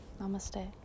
Namaste